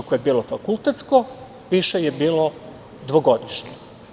Visoko je bilo fakultetsko, više je bilo dvogodišnje.